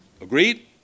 Agreed